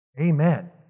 Amen